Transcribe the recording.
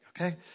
okay